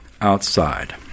outside